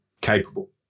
capable